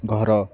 ଘର